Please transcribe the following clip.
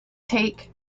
take